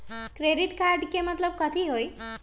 Credit card के मतलब कथी होई?